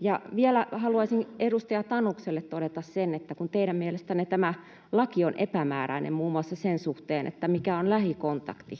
Ja vielä haluaisin edustaja Tanukselle todeta sen, että kun teidän mielestänne tämä laki on epämääräinen muun muassa sen suhteen, mikä on lähikontakti,